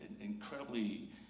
incredibly